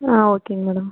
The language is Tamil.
ஆ ஓகேங்க மேடம்